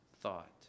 thought